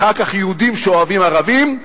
אחר כך יהודים שאוהבים ערבים,